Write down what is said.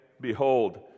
Behold